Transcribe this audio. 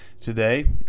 today